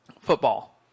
football